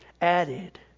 added